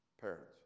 parents